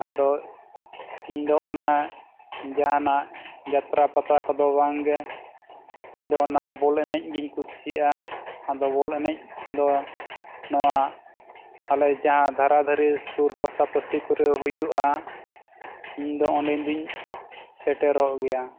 ᱟᱫᱚ ᱤᱧ ᱫᱚ ᱚᱱᱟ ᱡᱟᱦᱟᱱᱟᱜ ᱡᱟᱛᱛᱨᱟ ᱯᱟᱛᱟ ᱠᱚᱫᱚ ᱵᱟᱝᱜᱮ ᱤᱧ ᱫᱚ ᱚᱱᱟ ᱵᱚᱞ ᱮᱱᱮᱡ ᱜᱤᱧ ᱠᱩᱥᱤᱭᱟᱜᱼᱟ ᱟᱫᱚ ᱵᱚᱞ ᱮᱱᱮᱡ ᱫᱚ ᱱᱚᱣᱟ ᱟᱞᱮ ᱡᱟᱦᱟᱸ ᱫᱷᱟᱨᱟ ᱫᱷᱟᱨᱮ ᱥᱩᱨ ᱯᱟᱥᱟ ᱯᱟᱥᱤ ᱠᱚᱨᱮ ᱦᱩᱭᱩᱜᱼᱟ ᱤᱧ ᱫᱚ ᱚᱸᱰᱮ ᱫᱚᱧ ᱥᱮᱴᱮᱨᱚᱜ ᱜᱮᱭᱟ